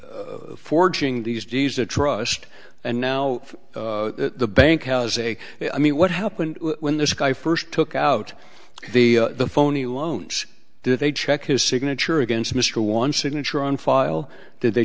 who forging these deeds of trust and now the bank has a i mean what happened when this guy first took out the phony loans do they check his signature against mr one signature on file did they